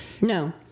No